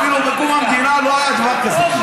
אפילו בקום המדינה לא היה דבר כזה.